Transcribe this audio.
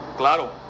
Claro